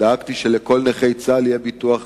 דאגתי שלכל נכה צה"ל יהיה ביטוח